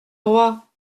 roi